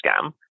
scam